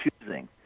choosing